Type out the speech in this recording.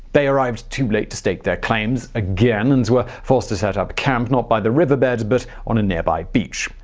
they arrived too late to stake their claims again, and were forced to set up camp not by the riverbed, but on a nearby beach.